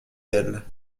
elles